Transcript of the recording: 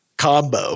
combo